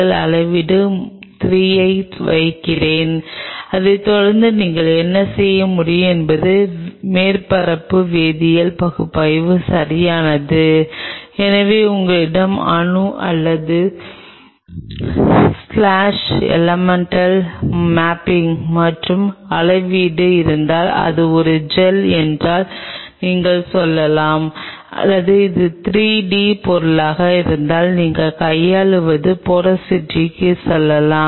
இந்த குறிப்பிட்ட மண்டலம் என்னவென்றால் நியூட்ரல் செல் எனது அனுபவத்திலிருந்தே நீங்கள் ஒரு இணைப்பைக் காணாமல் போகலாம் இந்த மண்டலங்கள் அவை வளர்ச்சியை இணைத்தாலும் கூட அவை மிகவும் வேடிக்கையான வகையான வளர்ச்சியாகும்